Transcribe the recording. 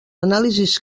anàlisis